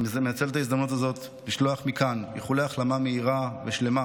אני מנצל את ההזדמנות הזאת לשלוח מכאן איחולי החלמה מהירה ושלמה,